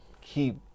keep